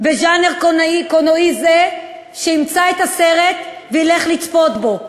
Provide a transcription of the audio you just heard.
בז'אנר קולנועי זה, שימצא את הסרט וילך לצפות בו.